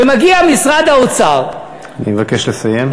ומגיע משרד האוצר, אני מבקש לסיים.